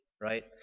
right